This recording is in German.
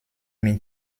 mit